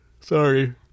Sorry